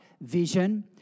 vision